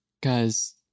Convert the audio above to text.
Guys